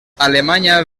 alemanya